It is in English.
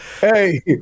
Hey